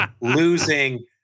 losing